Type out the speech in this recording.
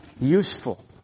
useful